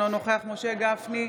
אינו נוכח משה גפני,